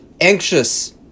anxious